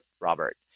Robert